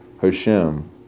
Hashem